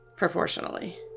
Proportionally